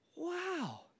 Wow